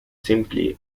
simply